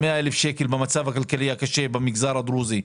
ה-100 אלף שקלים במצב הכלכלי הקשה במגזר הדרוזי,